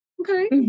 okay